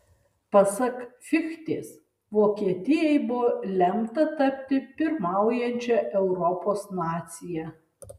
pasak fichtės vokietijai buvo lemta tapti pirmaujančia europos nacija